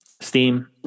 steam